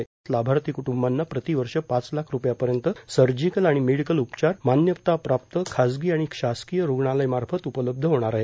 या योजनेअंतर्गत लाभार्थी क्टंबांना प्रति वर्ष पाच लाख रुपयापर्यंत सर्जिकल आणि मेडिकल उपचार मान्यताप्राप्त खासगी आणि शासकीय रुग्णालय मार्फत उपलब्ध होणार आहे